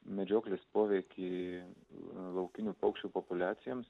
medžioklės poveikį laukinių paukščių populiacijoms